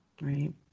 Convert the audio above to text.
Right